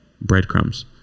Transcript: breadcrumbs